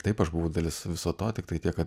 taip aš buvau dalis viso to tiktai tiek kad